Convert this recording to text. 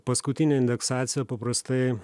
paskutinė indeksacija paprastai